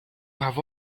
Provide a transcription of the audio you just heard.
have